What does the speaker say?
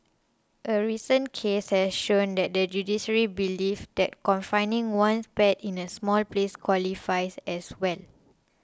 a recent case has shown that the judiciary believes that confining one's pet in a small place qualifies as well